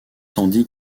tandis